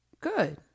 good